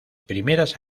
primeras